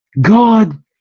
God